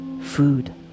food